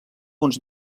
uns